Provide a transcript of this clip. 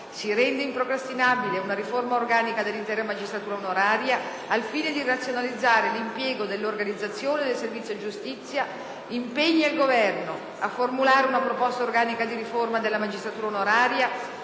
si rende improcrastinabile una riforma organica dell’intera magistratura onoraria al fine di razionalizzarne l’impiego nell’organizzazione del servizio giustizia impegna il Governo a formulare una proposta organica di riforma della magistratura onoraria